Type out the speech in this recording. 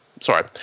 Sorry